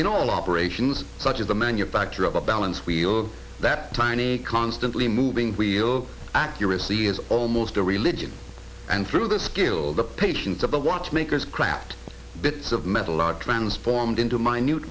in all operations such as the manufacture of a balance wheel that tiny constantly moving wheel accuracy is almost a religion and through the skill of the patient about watchmakers crap bits of metal are transformed into minute